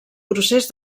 procés